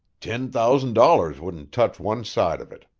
tin thousand dollars wouldn't touch one side of it.